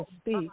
speak